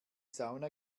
sauna